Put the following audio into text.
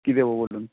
কী দেবো বলুন